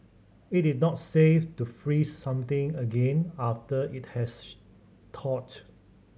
it is not safe to freeze something again after it has thawed